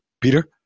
Peter